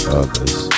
others